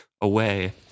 away